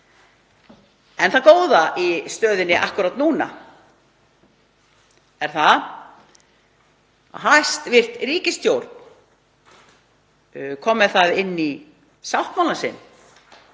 En það góða í stöðunni akkúrat núna er að hæstv. ríkisstjórn kom með það inn í sáttmálann sinn